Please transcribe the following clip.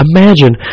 Imagine